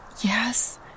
Yes